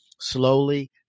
slowly